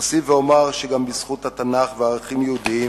אוסיף ואומר שגם בזכות התנ"ך וערכים יהודיים